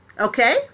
Okay